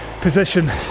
position